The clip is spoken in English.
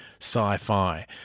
sci-fi